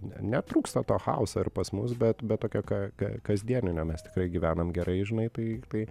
ne netrūksta to chaoso ir pas mus bet bet tokio ka ka kasdieninio mes tikrai gyvenam gerai žinai tai tai